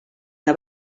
que